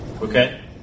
Okay